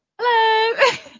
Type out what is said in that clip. Hello